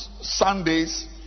Sundays